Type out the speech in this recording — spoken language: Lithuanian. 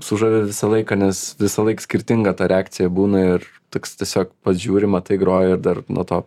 sužavi visą laiką nes visąlaik skirtinga ta reakcija būna ir toks tiesiog pažiūri matai groji ir dar nuo to